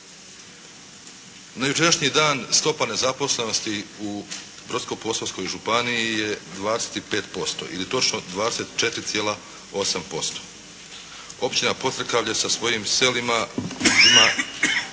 Na jučerašnji dan, stopa nezaposlenosti u Brodsko-posavskoj županiji je 25%, ili točno 24,8%. Općina Pocrkavlje sa svojim selima ima